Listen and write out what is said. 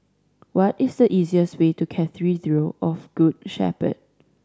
what is the easiest way to Cathedral zero of Good Shepherd